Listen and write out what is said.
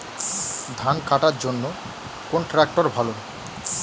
ধান কাটার জন্য কোন ট্রাক্টর ভালো?